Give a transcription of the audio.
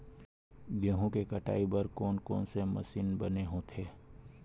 गेहूं के कटाई बर कोन कोन से मशीन बने होथे?